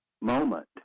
moment